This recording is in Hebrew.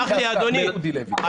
תסלח לי, אדוני.